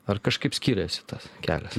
ar kažkaip skiriasi tas kelias